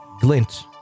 glint